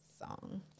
song